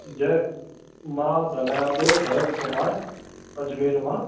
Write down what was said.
जय मां ॻाल्हायां थो भरत कुमार अजमेर मां